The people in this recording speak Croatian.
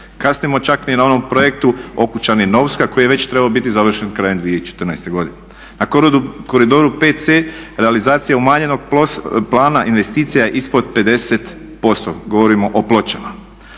Kasnimo čak i na onom projektu Okučani-Novska koji je već trebao biti završen krajem 2014. godine. Na Koridoru VC realizacija umanjenog plana investicija je ispod 50%, govorimo o Pločama.